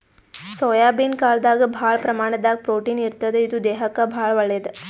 soybean ಕಾಳ್ದಾಗ್ ಭಾಳ್ ಪ್ರಮಾಣದಾಗ್ ಪ್ರೊಟೀನ್ ಇರ್ತದ್ ಇದು ದೇಹಕ್ಕಾ ಭಾಳ್ ಒಳ್ಳೇದ್